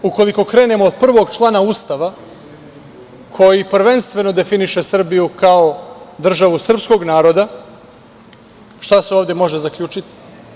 Ukoliko krenemo od prvog člana Ustava, koji prvenstveno definiše Srbiju kao državu srpskog naroda, šta se ovde može zaključiti?